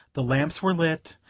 the lamps were lit,